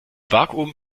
vakuum